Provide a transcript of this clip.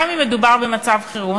גם אם מדובר במצב חירום.